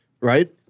right